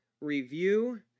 review